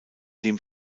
dem